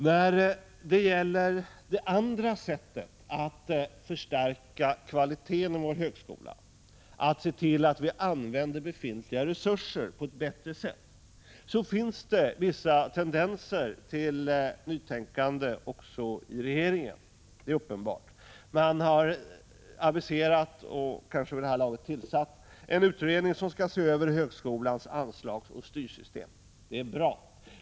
När det gäller det andra sättet att förstärka kvaliteten i vår högskola — att se till att vi använder befintliga resurser på ett bättre sätt — finns det vissa tendenser till nytänkande också i regeringen, det är uppenbart. Man har aviserat och kanske vid det här laget tillsatt en utredning som skall se över högskolans anslagsoch styrsystem. Det är bra.